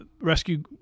rescue